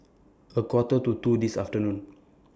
A Quarter to two This afternoon